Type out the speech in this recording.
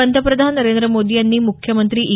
पंतप्रधान नरेंद्र मोदी यांनी मुख्यमंत्री ई